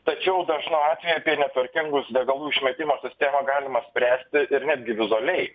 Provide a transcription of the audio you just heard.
tačiau dažnu atveju apie netvarkingus degalų išmetimo sistemą galima spręsti ir netgi vizualiai